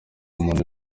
umuntu